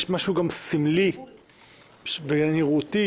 יש גם משהו סמלי ועניין של נראות,